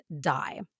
die